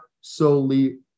solely